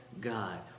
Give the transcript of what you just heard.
God